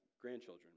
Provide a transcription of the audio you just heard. grandchildren